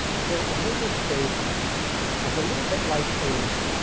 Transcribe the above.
so a makerspace, it's a little bit like a